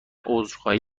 عذرخواهی